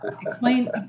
explain